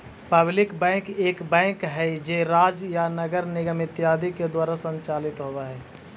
public bank एक bank हइ जे राज्य या नगर निगम इत्यादि के द्वारा संचालित होवऽ हइ